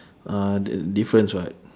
uh the difference [what]